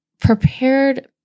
prepared